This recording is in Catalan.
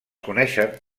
coneixen